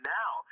now